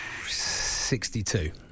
62